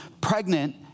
pregnant